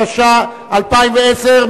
התש"ע 2010,